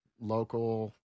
local